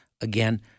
again